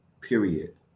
period